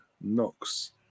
knocks